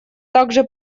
также